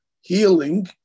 healing